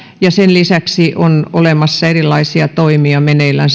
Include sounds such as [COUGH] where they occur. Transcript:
ja sen lisäksi on olemassa erilaisia toimia meneillään [UNINTELLIGIBLE]